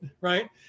right